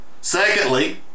Secondly